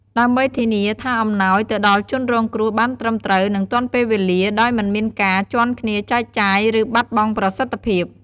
ដើម្បីធានាថាអំណោយទៅដល់ជនរងគ្រោះបានត្រឹមត្រូវ និងទាន់ពេលវេលា ដោយមិនមានការជាន់គ្នាចែកចាយ ឬបាត់បង់ប្រសិទ្ធភាព។